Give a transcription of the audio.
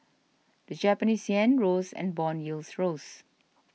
the Japanese yen rose and bond yields rose